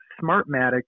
Smartmatic